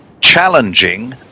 challenging